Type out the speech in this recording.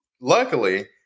luckily